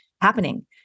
happening